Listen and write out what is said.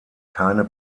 keine